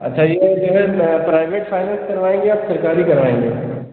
अच्छा ये जो है प्राइवेट फ़ाइनैन्स करवाएँगे या आप सरकारी करवाएँगे